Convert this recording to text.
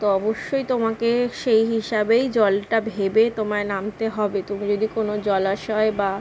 তো অবশ্যই তোমাকে সেই হিসাবেই জলটা ভেবে তোমায় নামতে হবে তুমি যদি কোনো জলাশয় বা